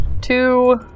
two